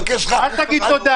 זה ממש --- אל תגיד תודה,